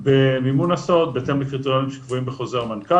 במימון הסעות בהתאם לקריטריונים שקבועים בחוזר מנכ"ל.